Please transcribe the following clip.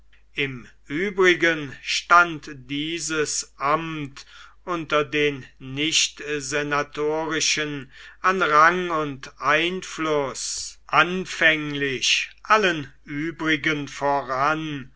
im übrigen stand dieses amt unter den nicht senatorischen an rang und einfluß anfänglich allen übrigen voran